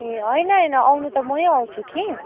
ए होइन होइन आउनु त मै आउँछु कि